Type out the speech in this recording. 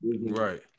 Right